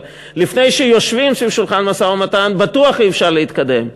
אבל לפני שיושבים סביב שולחן המשא-ומתן בטוח אי-אפשר להתקדם.